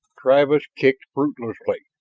travis kicked fruitlessly,